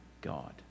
God